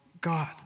God